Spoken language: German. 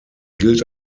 gilt